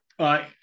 right